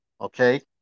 Okay